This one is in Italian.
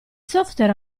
software